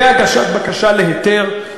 בהגשת בקשה להיתר,